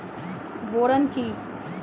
Boron কি?